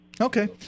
okay